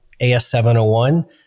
AS701